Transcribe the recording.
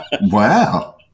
Wow